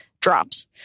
drops